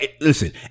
listen